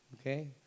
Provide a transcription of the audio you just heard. Okay